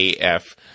af